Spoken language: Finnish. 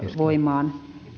voimaan